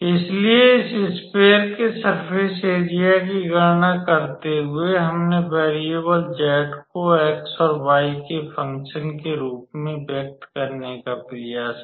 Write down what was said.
इसलिए इस स्फेयर के सर्फ़ेस एरिया की गणना करते हुए हमने वैरियेबल z को x और y के फंकशन के रूप में व्यक्त करने का प्रयास किया